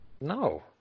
No